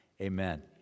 amen